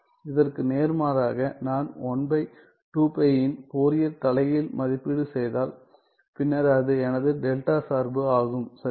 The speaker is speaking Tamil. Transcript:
இதற்கு நேர்மாறாக நான் இன் ஃபோரியர் தலைகீழ் மதிப்பீடு செய்தால் பின்னர் அது எனது டெல்டா சார்பு ஆகும் சரியா